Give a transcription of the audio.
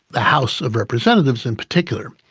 the house of representatives in particular,